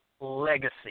legacy